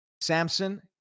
Samson